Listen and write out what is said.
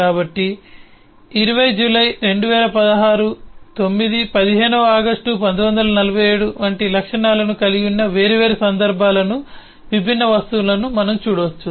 కాబట్టి 20 జూలై 2016 9 15 వ ఆగస్టు 1947 వంటి 3 లక్షణాలను కలిగి ఉన్న వేర్వేరు సందర్భాలను విభిన్న వస్తువులను మనం చూడవచ్చు